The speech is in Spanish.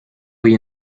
hoy